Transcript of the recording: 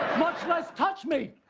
much less touch me.